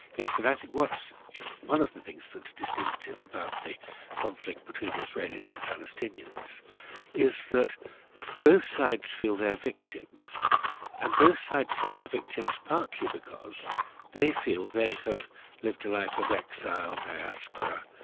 is that i think one of the things that's distinctive about the conflict between israelis and palestinians is that both sides feel they're victims and both sides feel they're victims partly because they feel they have lived a life of exile, diaspora,